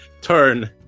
turn